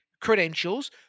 credentials